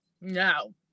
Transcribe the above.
No